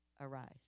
arise